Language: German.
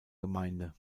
gemeinde